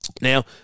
Now